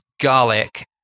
garlic